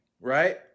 right